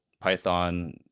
Python